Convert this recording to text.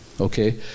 okay